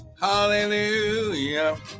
Hallelujah